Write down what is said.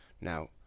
Now